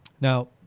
Now